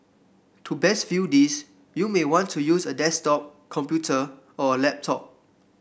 to best view this you may want to use a desktop computer or a laptop